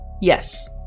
Yes